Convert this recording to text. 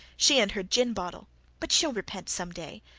she and her gin bottle but she'll repent some day,